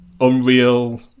Unreal